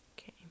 Okay